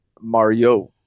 Mario